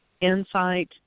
insight